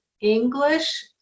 English